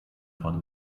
von